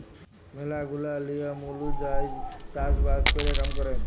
ম্যালা গুলা লিয়ম ওলুজায়ই চাষ বাস ক্যরে কাম ক্যরে